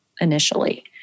initially